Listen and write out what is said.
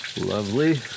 Lovely